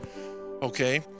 okay